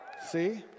See